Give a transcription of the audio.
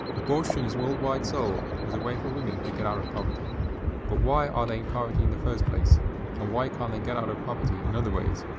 abortion is worldwide sold as a way for women to get out of poverty but why are they in poverty in the first place and why can't they get out of poverty in other ways,